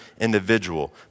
individual